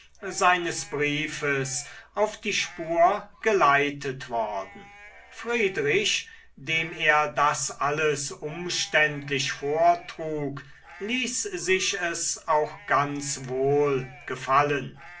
seines briefes auf die spur geleitet worden friedrich dem er das alles umständlich vortrug ließ sich es auch ganz wohl gefallen